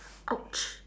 !ouch!